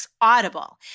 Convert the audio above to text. Audible